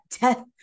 death